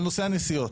על נושא הנסיעות.